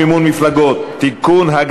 אנחנו עוברים להצעת חוק מימון מפלגות (תיקון,